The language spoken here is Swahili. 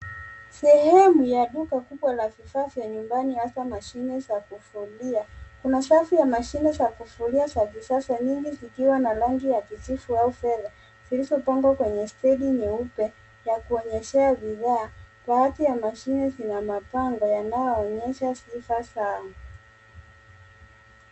Sehemu ya duka kubwa la vifaa vya nyumbani hasa mashine za kufulia. Kuna safu ya mashine za kufulia za kisasa nyingi zikiwa na rangi ya kijivu au fedha, zilizopangwa kwenye stendi nyeupe ya kuonyeshea bidhaa. Baadhi ya mashine zina mapango yanayoonyesha sticker zao.